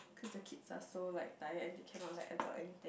as the kids are so like tired and they cannot like absorb anything